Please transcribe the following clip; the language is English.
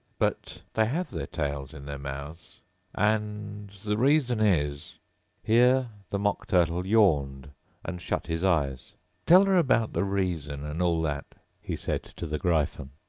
but they have their tails in their mouths and the reason is here the mock turtle yawned and shut his eyes tell her about the reason and all that he said to the gryphon.